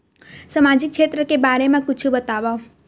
सामाजिक क्षेत्र के बारे मा कुछु बतावव?